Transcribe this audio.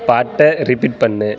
பாட்டை ரிப்பீட் பண்ணு